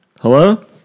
Hello